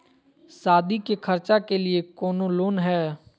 सादी के खर्चा के लिए कौनो लोन है?